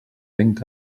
vent